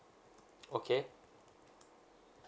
okay